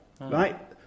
right